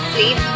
Sleep